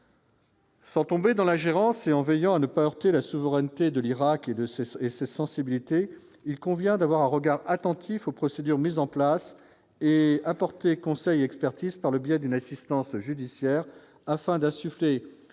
Sans tomber dans la gérance et en veillant à ne pas heurter la souveraineté de l'Irak et de s'et sa sensibilité, il convient d'avoir un regard attentif aux procédures mises en place et apporter conseil et expertise par le biais d'une assistance judiciaire afin d'insuffler